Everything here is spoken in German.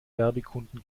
werbekunden